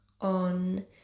on